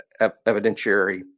evidentiary